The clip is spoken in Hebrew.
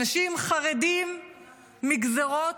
אנשים חרדים מגזרות